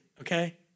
okay